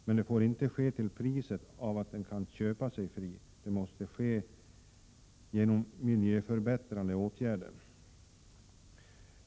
Men det får inte gå till så att de kan köpa sig fria; de måste uppfylla kraven genom miljöförbättrande åtgärder.